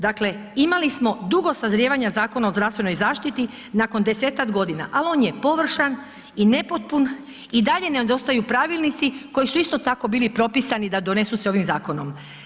Dakle, imali smo dugo sazrijevanje Zakona o zdravstvenoj zaštiti, nakon 10-tak godina, al on je površan i nepotpun i dalje nedostaju pravilnici koji su isto tako bili propisani da donesu se ovim zakonom.